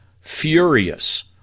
furious